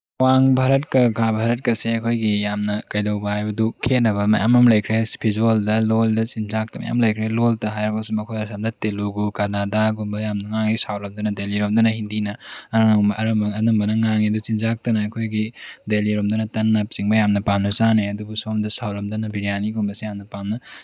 ꯑꯋꯥꯡ ꯚꯥꯔꯠꯀ ꯈꯥ ꯚꯥꯔꯠꯀꯁꯦ ꯑꯩꯈꯣꯏꯒꯤ ꯌꯥꯝꯅ ꯀꯩꯗꯧꯕ ꯍꯥꯏꯕꯗꯨ ꯈꯦꯠꯅꯕ ꯃꯌꯥꯝ ꯑꯃ ꯂꯩꯈ꯭ꯔꯦ ꯐꯤꯖꯣꯜꯗ ꯂꯣꯜꯗ ꯆꯤꯟꯖꯥꯛꯇ ꯃꯌꯥꯝ ꯂꯩꯈ꯭ꯔꯦ ꯂꯣꯜꯗ ꯍꯥꯏꯔꯕꯁꯨ ꯃꯈꯣꯏ ꯑꯁꯣꯝꯗ ꯇꯦꯂꯨꯒꯨ ꯀꯅꯥꯗꯥꯒꯨꯝꯕ ꯌꯥꯝꯅ ꯉꯥꯡꯉꯤ ꯁꯥꯎꯠ ꯔꯣꯝꯗꯅ ꯗꯦꯜꯂꯤ ꯂꯣꯝꯗꯅ ꯍꯤꯟꯗꯤꯅ ꯑꯅꯝꯕꯅ ꯉꯥꯡꯉꯤ ꯑꯗꯨ ꯆꯤꯟꯖꯥꯛꯇꯅ ꯑꯩꯈꯣꯏꯒꯤ ꯗꯦꯜꯂꯤ ꯔꯣꯝꯗꯅ ꯇꯟꯅꯆꯤꯡꯕ ꯌꯥꯝꯅ ꯄꯥꯝꯅ ꯆꯥꯅꯩ ꯑꯗꯨꯕꯨ ꯁꯣꯝꯗ ꯁꯥꯎꯠ ꯂꯣꯝꯗꯅ ꯕꯤꯔꯌꯥꯅꯤꯒꯨꯝꯕꯁꯦ ꯌꯥꯝꯅ ꯄꯥꯝꯅ